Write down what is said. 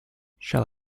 shall